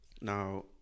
Now